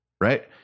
right